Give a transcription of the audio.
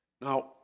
Now